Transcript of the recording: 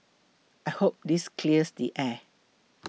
I hope this clears the air